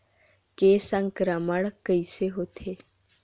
के संक्रमण कइसे होथे?